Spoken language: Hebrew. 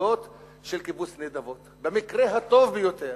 למפלגות של קיבוץ נדבות, במקרה הטוב ביותר.